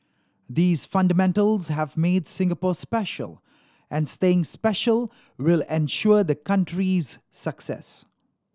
these fundamentals have made Singapore special and staying special will ensure the country's success